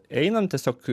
einam tiesiog